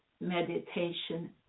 meditation